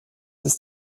ist